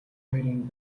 хоёрын